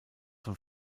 von